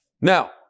Now